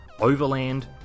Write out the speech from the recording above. Overland